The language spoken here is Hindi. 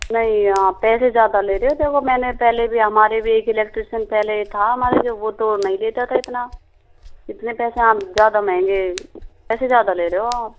नहीं आप पैसे ज़्यादा ले रहे हो देखो मैं ने पहले भी हमारे भी एक इलेक्ट्रीशियन पहले था हमारे वो तो नहीं लेता था इतना इतने पैसे आप ज़्यादा महँगे पैसे ज़्यादा ले रहे हो आप